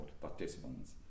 participants